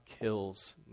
kills